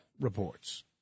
reports